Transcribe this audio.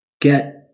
Get